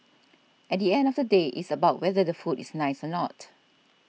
at the end of the day it's about whether the food is nice or not